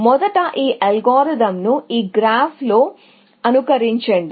మొదట ఈ అల్గోరిథంను ఈ గ్రాఫ్లో అనుకరించండి